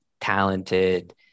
talented